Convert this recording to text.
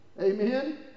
Amen